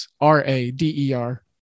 R-A-D-E-R